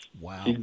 Wow